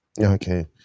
Okay